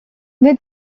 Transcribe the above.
nid